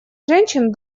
женщин